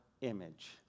image